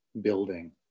building